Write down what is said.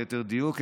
ליתר דיוק,